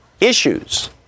issues